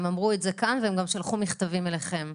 הם אמרו את זה כאן והם גם שלחו אליכם מכתבים.